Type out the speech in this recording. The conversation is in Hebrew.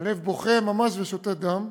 הלב בוכה ממש ושותת דם.